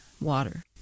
water